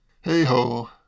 Hey-ho